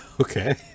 okay